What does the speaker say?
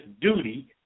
duty